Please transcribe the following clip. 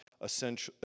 essential